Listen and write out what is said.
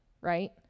right